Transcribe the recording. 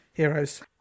heroes